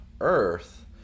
Earth